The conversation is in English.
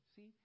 See